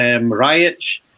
riots